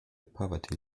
poverty